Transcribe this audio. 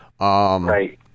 Right